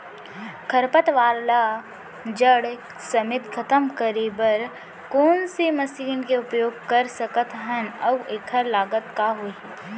खरपतवार ला जड़ समेत खतम करे बर कोन से मशीन के उपयोग कर सकत हन अऊ एखर लागत का होही?